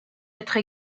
être